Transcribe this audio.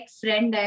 friend